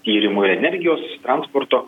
tyrimų ir energijos transporto